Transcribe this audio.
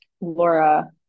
laura